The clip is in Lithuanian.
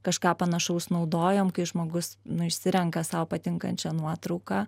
kažką panašaus naudojom kai žmogus nu išsirenka sau patinkančią nuotrauką